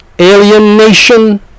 alienation